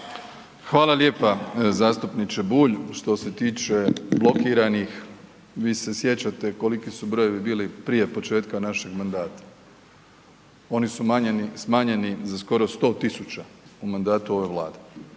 Hvala lijepa zastupniče Bulj. Što se tiče blokiranih, vi se sjećate koliki su brojevi bili prije početka našeg mandata. Oni su umanjeni, smanjeni za skoro 100 000 u mandatu ove vlade